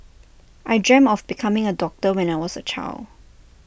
I dreamt of becoming A doctor when I was A child